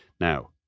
Now